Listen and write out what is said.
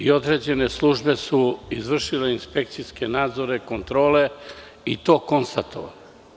Određene službe su izvršile inspekcijske nadzore, kontrole i to konstatovale.